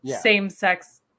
same-sex